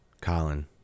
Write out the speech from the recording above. Colin